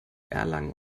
erlangen